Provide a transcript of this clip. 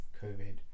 COVID